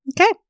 Okay